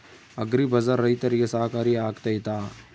Agri bazaar ರೈತರಿಗೆ ಸಹಕಾರಿ ಆಗ್ತೈತಾ?